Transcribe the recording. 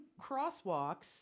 crosswalks